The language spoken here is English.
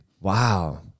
Wow